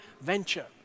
venture